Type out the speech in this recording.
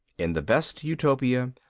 in the best utopia,